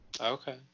Okay